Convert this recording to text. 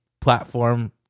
platform